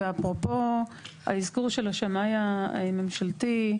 ואפרופו האזכור של השמאי הממשלתי,